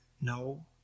no